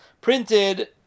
printed